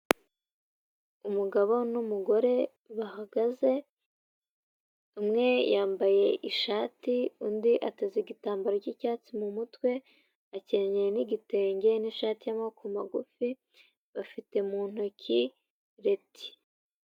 Umugabo n’umugore bahagaze, umwe yambaye ishati, undi ateze igitambaro cy’icyatsi mu mutwe, akenyeye n’igitenge n’ishati y’amaboko magufi, bafite mu ntoki reti.